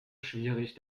schwierig